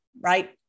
Right